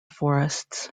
forests